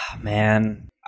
Man